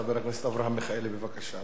חבר הכנסת אברהם מיכאלי, בבקשה.